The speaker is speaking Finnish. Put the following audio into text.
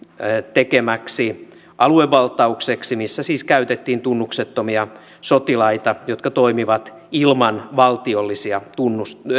tekemäksi aluevaltaukseksi missä siis käytettiin tunnuksettomia sotilaita jotka toimivat ilman valtiollisia tunnuksia